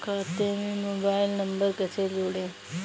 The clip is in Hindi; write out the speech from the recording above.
खाते से मोबाइल नंबर कैसे जोड़ें?